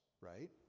right